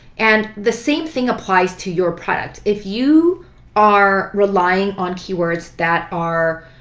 and the same thing applies to your product. if you are relying on keywords that are.